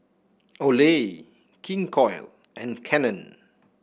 Olay King Koil and Canon